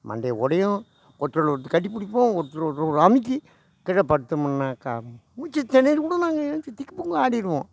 மண்டை உடையும் ஒருத்தர ஒருத்தர் கட்டிப்பிடிப்போம் ஒருத்தரை ஒருத்தர் அமுக்கி கீழே படுத்தோமுன்னாக்கா மூச்சி திணறி கூட நாங்கள் எழ்ந்ச்சி திக்கு முக்காடிருவோம்